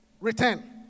Return